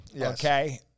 Okay